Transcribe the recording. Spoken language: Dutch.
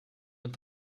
mijn